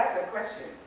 question,